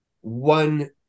one